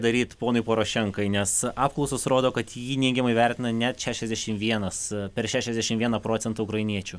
daryt ponui porošenkai nes apklausos rodo kad jį neigiamai vertina net šešiasdešim vienas per šešiasdešim vieną procentą ukrainiečių